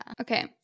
Okay